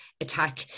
attack